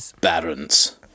Barons